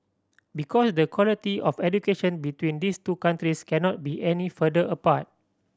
because the quality of education between these two countries cannot be any further apart